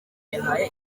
yahaye